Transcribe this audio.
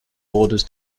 borders